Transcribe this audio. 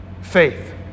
faith